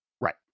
Right